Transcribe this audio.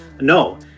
No